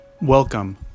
Welcome